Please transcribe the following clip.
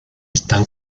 están